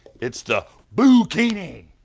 it's the boo-kini!